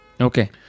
Okay